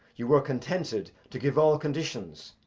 you were contented to give all conditions,